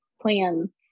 plans